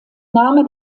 name